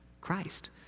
Christ